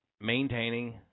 maintaining